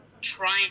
trying